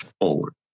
forward